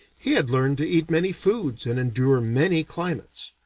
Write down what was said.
he had learned to eat many foods and endure many climates.